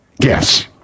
Guess